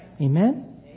Amen